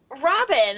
Robin